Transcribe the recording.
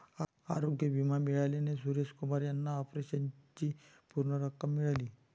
आरोग्य विमा मिळाल्याने सुरेश कुमार यांना ऑपरेशनची पूर्ण रक्कम मिळाली